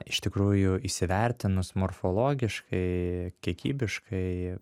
iš tikrųjų įsivertinus morfologiškai kiekybiškai